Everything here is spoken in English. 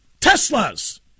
Tesla's